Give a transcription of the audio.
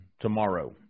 tomorrow